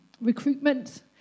recruitment